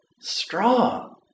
strong